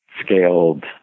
scaled